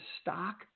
stock